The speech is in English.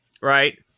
Right